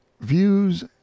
Views